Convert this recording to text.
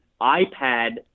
iPad